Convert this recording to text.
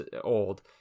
old